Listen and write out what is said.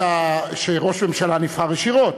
שראש ממשלה נבחר ישירות,